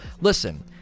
Listen